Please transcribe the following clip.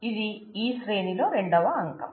ఇది ఈ శ్రేణిలో రెండవ అంకం